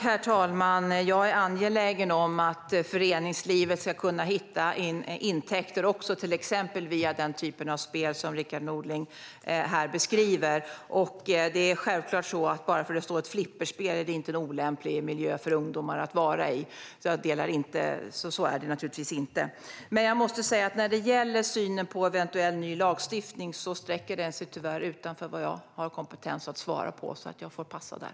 Herr talman! Jag är angelägen om att föreningslivet ska hitta intäkter också till exempel via den typ av spel som Rickard Nordin här beskriver. Bara för att det står ett flipperspel är det självklart inte så att det är en olämplig miljö för ungdomar att vara i. Så är det naturligtvis inte. Frågan om synen på en eventuell ny lagstiftning sträcker sig tyvärr utanför vad jag har kompetens att svara på. Jag får passa där.